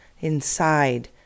inside